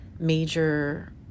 major